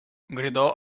gridò